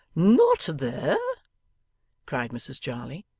not there cried mrs jarley.